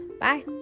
Bye